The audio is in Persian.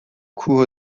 کوه